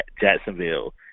Jacksonville